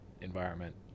environment